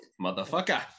Motherfucker